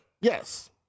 Yes